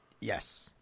Yes